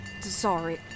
Sorry